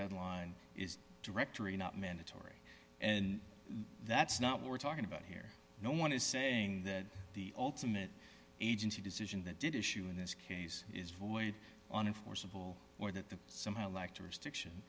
deadline is directory not mandatory and that's not what we're talking about here no one is saying that the ultimate agency decision that did issue in this case is void on enforceable or that somehow electors diction